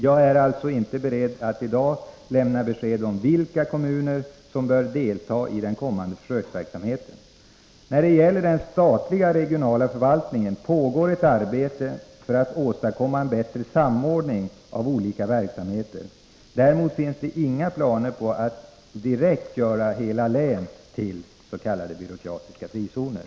Jag är alltså inte beredd att i dag lämna besked om vilka kommuner som bör delta i den kommande försöksverksamheten. När det gäller den statliga regionala förvaltningen pågår ett arbete för att åstadkomma en bättre samordning av olika verksamheter. Däremot finns det inga planer på att direkt göra hela län till ”byråkratiska frizoner”.